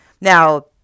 now